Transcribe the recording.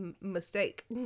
mistake